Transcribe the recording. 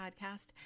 podcast